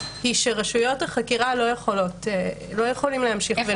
היא שרשויות החקירה לא יכולות להמשיך ולפעול.